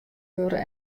wurde